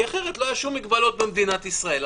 כי אחרת לא היו שום מגבלות במדינת ישראל.